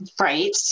Right